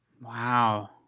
wow